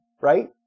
right